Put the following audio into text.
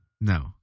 No